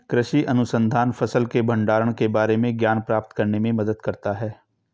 कृषि अनुसंधान फसल के भंडारण के बारे में ज्ञान प्राप्त करने में मदद करता है